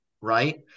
Right